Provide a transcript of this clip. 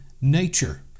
nature